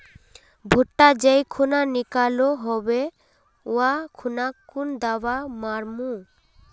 भुट्टा जाई खुना निकलो होबे वा खुना कुन दावा मार्मु?